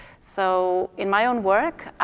so in my own work,